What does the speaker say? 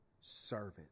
servant